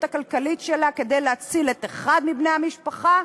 הכלכלית שלה כדי להציל את אחד מבני המשפחה,